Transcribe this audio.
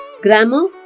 grammar